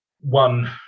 one